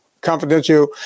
confidential